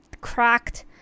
cracked